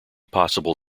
possible